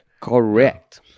Correct